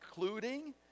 including